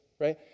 right